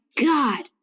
God